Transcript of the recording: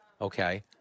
okay